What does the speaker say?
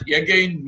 again